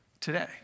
today